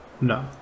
No